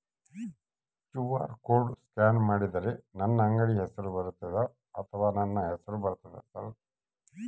QR code scan ಮಾಡಿದರೆ ನನ್ನ ಅಂಗಡಿ ಹೆಸರು ಬರ್ತದೋ ಅಥವಾ ನನ್ನ ಹೆಸರು ಬರ್ತದ ಸರ್?